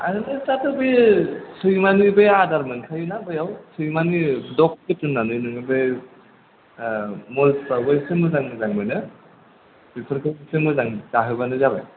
आरो दाथ' बियो सैमानि बे आदार मोनखायोना बैयाव सैमानि दख फुद होननानै नोङो बे मल्सफ्रावबो एसे मोजां मोजां मोनो बेफोरखौ एसे मोजां जाहो बानो जाबाय